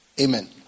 Amen